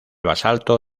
basalto